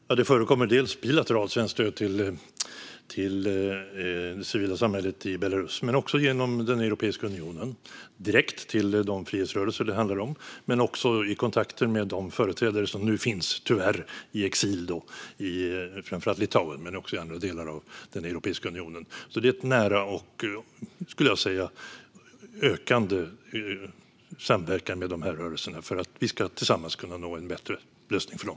Fru talman! Det förekommer bilateralt svenskt stöd till det civila samhället i Belarus men också stöd genom Europeiska unionen, direkt till de frihetsrörelser det handlar om liksom genom kontakter med deras företrädare - nu tyvärr i exil i framför allt Litauen men också andra delar av Europeiska unionen. Det finns en nära och, skulle jag säga, ökande samverkan med de här rörelserna för att vi tillsammans ska kunna nå en bättre lösning för dem.